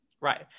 Right